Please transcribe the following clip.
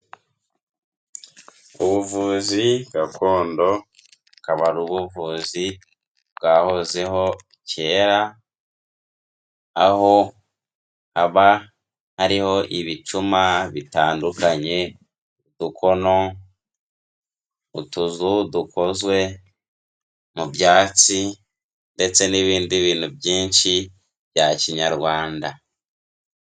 Ubuvuzi gakondo, akaba ari ubuvuzi bwahozeho kera, aho aba ari ho ibicuma bitandukanye udukono, utuzu dukozwe mu byatsi, ndetse n'ibindi bintu byinshi bya kinyarwanda.